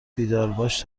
بیدارباش